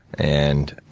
and,